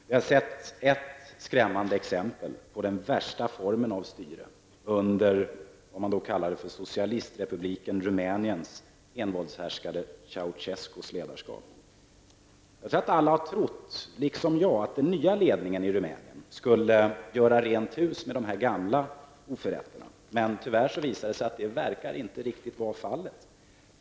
Vi har sett ett skrämmande exempel på den värsta formen av styre under, vad man har kallat, socialistrepubliken Rumäniens envåldshärskare Jag tror att alla har trott, liksom jag, att den nya ledningen i Rumänien skulle göra rent hus med de gamla oförrätterna. Men tyvärr visar det sig att så inte verkar vara fallet.